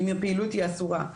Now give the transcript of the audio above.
אם היא פעילות אסורה.